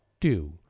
two